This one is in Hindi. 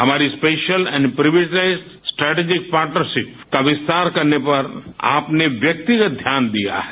हमारी स्पेशल और प्रिवलेज्ड स्ट्रेटजिक पार्टनरशिप का विस्तार करने पर आपने व्यक्तिगत ध्यान दिया है